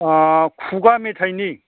खुगा मेथाइनि